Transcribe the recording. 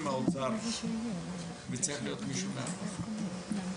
מהאוצר וצריך להיות מישהו מהרווחה.